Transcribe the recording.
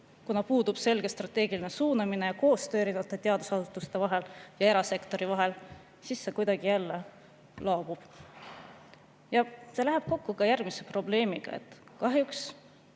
kuna puudub selge strateegiline suunamine ja koostöö erinevate teadusasutuste vahel ja erasektori vahel, siis see kuidagi jälle [soikub]. See läheb kokku ka järgmise probleemiga: kahjuks